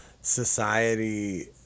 society